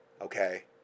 okay